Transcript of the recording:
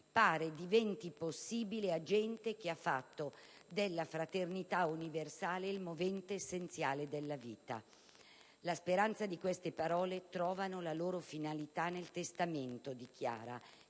pare diventi possibile a gente che ha fatto della fraternità universale il movente essenziale della vita». La speranza di queste parole trova la loro finalità nel testamento di Chiara,